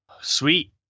Sweet